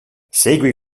segui